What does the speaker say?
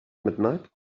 midnight